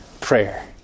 prayer